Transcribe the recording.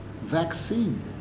vaccine